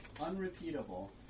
unrepeatable